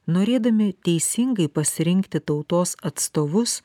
norėdami teisingai pasirinkti tautos atstovus